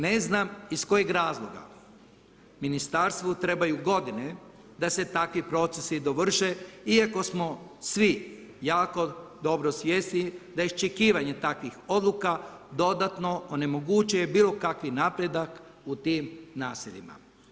Ne znam iz kojeg razloga ministarstvu trebaju godine da se takvi procesi dovrše iako smo svi jako dobro svjesni da iščekivanje takvih odluka dodatno onemogućuje bilokakvi napredak u tim naseljima.